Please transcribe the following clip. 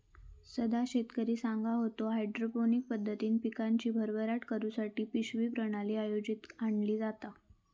सदा शेतकरी सांगा होतो, हायड्रोपोनिक पद्धतीन पिकांची भरभराट करुसाठी पिशवी प्रणाली उपयोगात आणली जाता